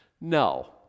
No